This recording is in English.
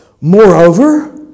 Moreover